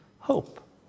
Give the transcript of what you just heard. hope